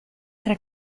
tre